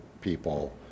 people